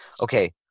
Okay